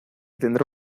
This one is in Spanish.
tendrá